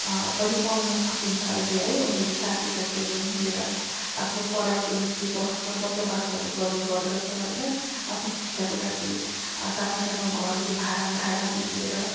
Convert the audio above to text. पनि पाउन सकिन्छ अहिले है उनीहरू साथी साथीहरू मिलेर आफ्नो पढाइको निम्ति बस्छ बसोबासहरू गर्ने गर्दछ होइन आफ्नो शिक्षाको लागि सानो सानो घरहरू भाडामा भाडामा लिएर